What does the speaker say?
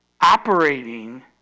operating